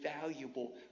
valuable